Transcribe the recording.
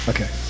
Okay